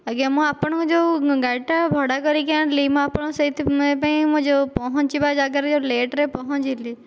ଆଜ୍ଞା ମୁଁ ଆପଣଙ୍କ ଯେଉଁ ଗାଡ଼ିଟା ଭଡ଼ା କରିକି ଆଣିଲି ମୁଁ ଆପଣଙ୍କ ସେଇଥିପାଇଁ ମୁଁ ଯେଉଁ ପହଞ୍ଚିବା ଜାଗାରେ ଲେଟରେ ପହଞ୍ଚିଲି